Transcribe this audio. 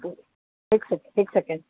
हिकु हिकु सेकिंड हिकु सेकिंड